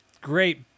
Great